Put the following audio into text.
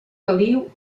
caliu